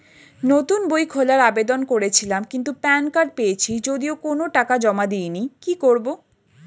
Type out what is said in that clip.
নতুন বই খোলার আবেদন করেছিলাম কিন্তু প্যান কার্ড পেয়েছি যদিও কোনো টাকা জমা দিইনি কি করব?